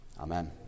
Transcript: Amen